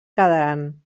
quedaren